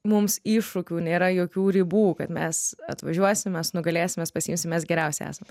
mums iššūkių nėra jokių ribų mes atvažiuosim mes nugalėsim mes pasiimsim mes geriausi esam